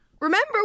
Remember